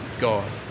God